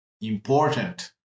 important